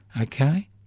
Okay